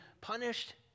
punished